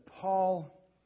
Paul